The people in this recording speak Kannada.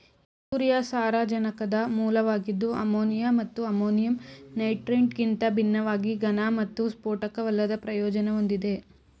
ಯೂರಿಯಾ ಸಾರಜನಕದ ಮೂಲವಾಗಿದ್ದು ಅಮೋನಿಯಾ ಮತ್ತು ಅಮೋನಿಯಂ ನೈಟ್ರೇಟ್ಗಿಂತ ಭಿನ್ನವಾಗಿ ಘನ ಮತ್ತು ಸ್ಫೋಟಕವಲ್ಲದ ಪ್ರಯೋಜನ ಹೊಂದಿದೆ